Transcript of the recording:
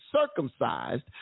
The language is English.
circumcised